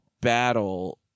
battle